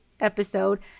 episode